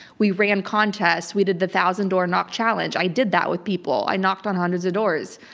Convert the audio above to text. we ran contests, we did the thousand door knock challenge. i did that with people. i knocked on hundreds of doors.